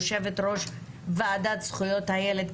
יושבת-ראש ועדת זכויות הילד,